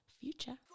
Future